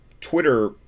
Twitter